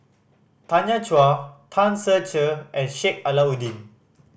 Tanya Chua Tan Ser Cher and Sheik Alau'ddin